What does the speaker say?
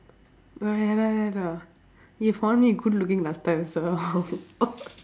oh ya lah ya lah he found me good looking last time so